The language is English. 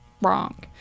wrong